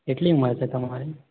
કેટલી ઉંમર છે તમારી